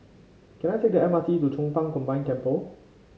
can I take the M R T to Chong Pang Combined Temple